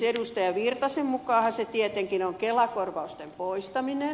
erkki virtasen mukaanhan se tietenkin on kelakorvausten poistaminen